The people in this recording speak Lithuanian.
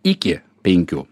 iki penkių